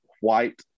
white